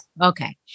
Okay